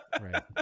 Right